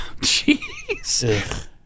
Jesus